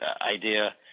idea